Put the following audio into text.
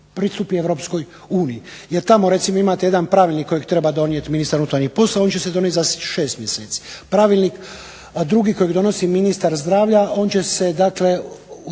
pristupi Europskoj uniji. Jer tamo recimo imate jedan Pravilnik kojeg treba donijeti Ministar unutarnjih poslova. On će se donijeti za šest mjeseci. Pravilnik drugi kojeg donosi ministar zdravlja on će se dakle